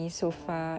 oh